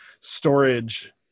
storage